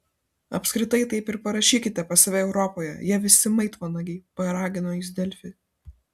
apskritai taip ir parašykite pas save europoje jie visi maitvanagiai paragino jis delfi